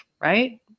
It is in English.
right